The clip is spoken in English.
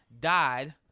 Died